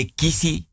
kisi